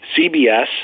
CBS